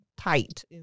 tight